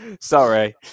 sorry